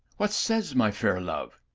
what says my fair love?